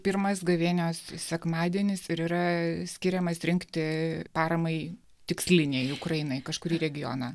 pirmas gavėnios sekmadienis ir yra skiriamas rinkti paramai tikslinei ukrainai kažkurį regioną